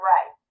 Right